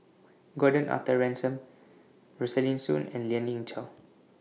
Gordon Arthur Ransome Rosaline Soon and Lien Ying Chow